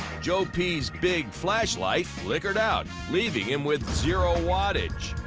joe p s big flashlight flickered out, leaving him with zero wattage.